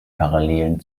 parallelen